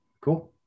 cool